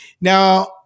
Now